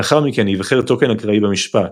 לאחר מכן ייבחר טוקן אקראי במשפט.